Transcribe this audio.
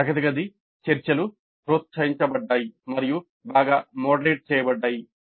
తరగతి గది చర్చలు ప్రోత్సహించబడ్డాయి మరియు బాగా మోడరేట్ చేయబడ్డాయి